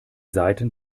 seiten